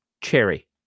cherry